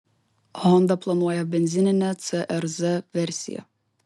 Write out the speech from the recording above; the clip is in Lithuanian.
honda planuoja benzininę cr z versiją